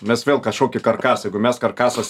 mes vėl kažkokį karkasą jeigu mes karkaso